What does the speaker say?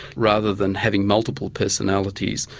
rather than having multiple personalities,